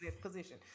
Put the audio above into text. position